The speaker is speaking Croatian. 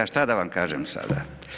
A šta da vam kažem sada?